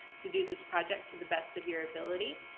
to do this project, to the best of your ability.